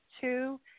two